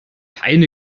keine